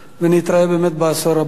ונתראה באמת בעשור הבא.